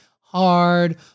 hard